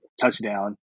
touchdown